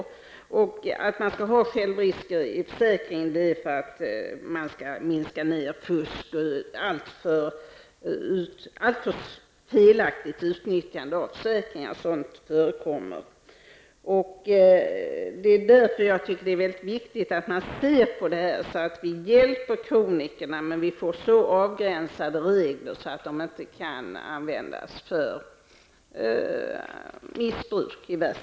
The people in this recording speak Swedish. Anledningen till att man har självrisker i försäkringarna är att man skall minska på fusk och ett alltför felaktigt utnyttjande av försäkringarna -- sådant förekommer. Det är därför mycket viktigt att man studerar frågan så att vi kan hjälpa kronikerna men får så avgränsande regler att dessa inte -- i värsta fall -- kan missbrukas.